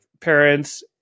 parents